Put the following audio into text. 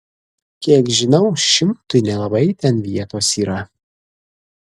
kiek žinau šimtui nelabai ten vietos yra